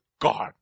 God